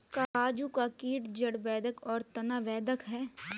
काजू का कीट जड़ बेधक और तना बेधक है